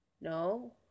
No